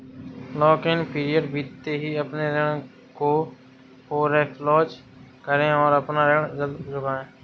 lock in period बीतते ही अपने ऋण को फोरेक्लोज करे और अपना ऋण जल्द चुकाए